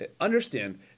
understand